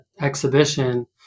exhibition